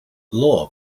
law